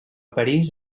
parís